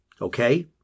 okay